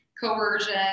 coercion